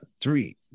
Three